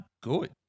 good